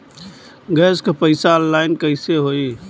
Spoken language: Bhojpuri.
गैस क पैसा ऑनलाइन कइसे होई?